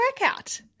workout